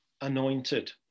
anointed